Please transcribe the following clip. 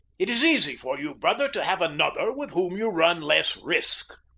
it is easy for you, brother, to have another with whom you run less risk.